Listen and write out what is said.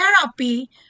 therapy